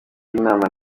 inama